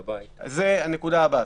לבית --- זו הנקודה הבאה,